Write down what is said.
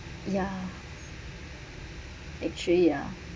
ya actually ya